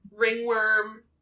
ringworm